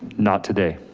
not today.